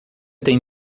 tem